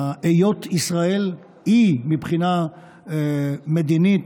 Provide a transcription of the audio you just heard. היות ישראל אי מבחינה מדינית,